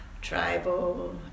tribal